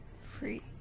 Free